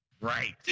Right